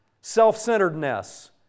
Self-centeredness